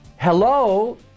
Hello